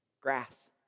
Grass